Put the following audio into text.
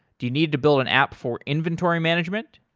do you need to build an app for inventory management?